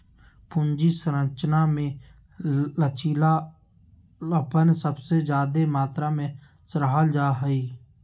पूंजी संरचना मे लचीलापन सबसे ज्यादे मात्रा मे सराहल जा हाई